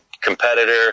competitor